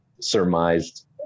surmised